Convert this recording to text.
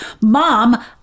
Mom